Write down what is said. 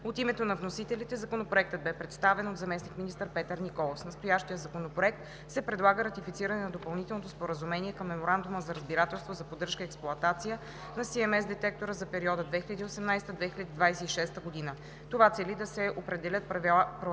От името на вносителите Законопроектът бе представен от заместник-министър Петър Николов. С настоящия законопроект се предлага ратифициране на Допълнителното споразумение към Меморандума за разбирателство за поддръжка и експлоатация на CMS детектора за периода 2018 – 2026 г. Това цели да се определят правилата